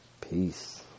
peace